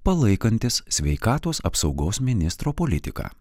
palaikantis sveikatos apsaugos ministro politiką